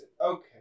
Okay